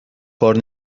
کار